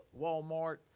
Walmart